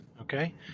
Okay